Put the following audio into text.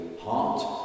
heart